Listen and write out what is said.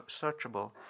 searchable